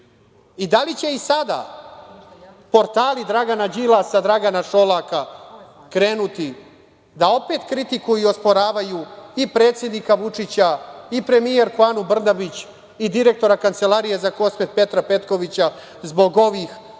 nas. Da li će i sada portali Dragana Đilasa, Dragana Šolaka, krenuti da opet kritikuju i osporavaju i predsednika Vučića i premijerku Anu Brnabić, i direktora Kancelarije za KiM, Petra Petkovića, zbog ovih